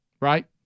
right